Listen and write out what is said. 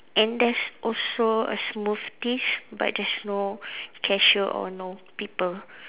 and there's also a smoothie but there's no cashier or no people